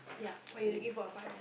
ya why you looking for a partner